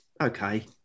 okay